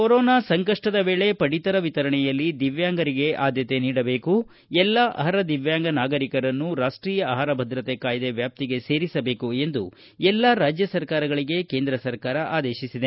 corona ಸಂಕಷ್ಟದ ವೇಳೆ ಪಡಿತರ ವಿತರಣೆಯಲ್ಲಿ ದಿವ್ಯಾಂಗರಿಗೆ ಆದ್ಯತೆ ನೀಡಬೇಕು ಎಲ್ಲಾ ಅರ್ಹ ದಿವ್ಯಾಂಗ ನಾಗರಿಕರನ್ನು ರಾಷ್ವೀಯ ಆಹಾರ ಭದ್ರತೆ ಕಾಯ್ದೆ ವ್ಯಾಪ್ತಿಗೆ ಸೇರಿಸಬೇಕು ಎಂದು ಎಲ್ಲಾ ರಾಜ್ಯ ಸರ್ಕಾರಗಳಿಗೆ ಕೇಂದ್ರ ಸರ್ಕಾರ ಆದೇಶಿಸಿದೆ